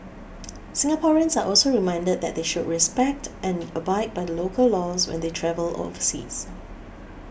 Singaporeans are also reminded that they should respect and abide by the local laws when they travel overseas